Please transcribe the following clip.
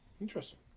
Interesting